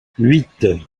huit